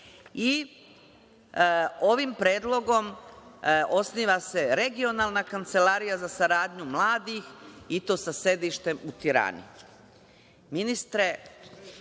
Ovim predlogom osniva se Regionalna kancelarija za saradnju mladih, i to sa sedištem u